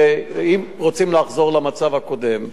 אם רוצים לחזור למצב הקודם.